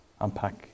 unpack